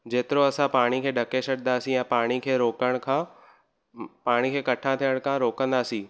जेतिरो असां पाणी खे ढके छॾींदासीं या पाणी खे रोकण खां पाणी खे इकठा थियण खां रोकंदासीं